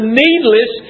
needless